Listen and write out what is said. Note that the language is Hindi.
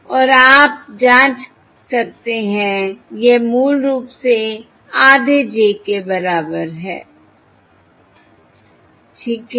और आप जांच सकते हैं यह मूल रूप से आधे j के बराबर है ठीक है